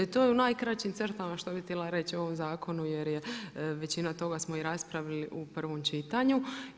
To je u najkraćim crtama što bih htjela reći o ovom zakonu jer je većina toga smo i raspravili u prvom čitanju.